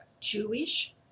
Jewish